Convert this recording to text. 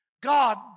God